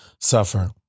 suffer